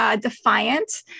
defiant